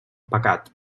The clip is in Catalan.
pecat